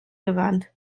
gewandt